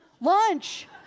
Lunch